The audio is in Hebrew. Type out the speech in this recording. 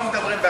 פה מדברים,